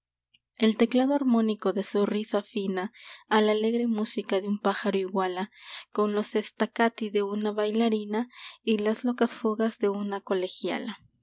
el teclado armónico de su risa fina a la alegre música de un pájaro iguala con los staccati de una bailarina y las locas fugas de una colegiala